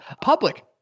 public